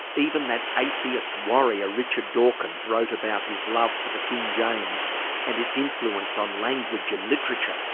even that atheist warrior richard dawkins wrote about his love for the king james and its influence on language and literature.